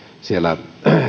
siellä